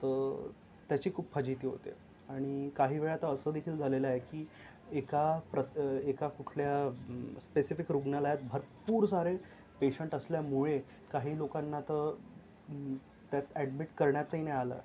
तर त्याची खूप फजिती होते आणि काही वेळा तर असं देखील झालेलं आहे की एका प्र एका कुठल्या स्पेसिफिक रुग्णालयात भरपूर सारे पेशंट असल्यामुळे काही लोकांना तर त्यात ऍडमिट करण्यातही नाही आलं